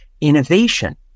innovation